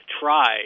try